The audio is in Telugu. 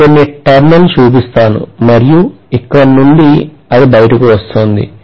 నేను కొన్ని టర్న్ లు చూపిస్తాను మరియు ఇక్కడ నుండి అది బయటకు వస్తోంది